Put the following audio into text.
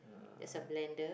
uh